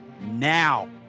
now